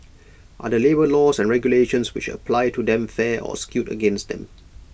are the labour laws and regulations which apply to them fair or skewed against them